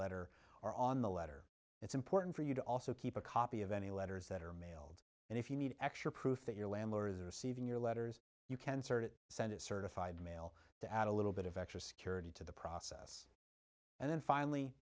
letter or on the letter it's important for you to also keep a copy of any letters that are mailed and if you need extra proof that your landlord is receiving your letters you can sort of send a certified mail to add a little bit of extra security to the process and then finally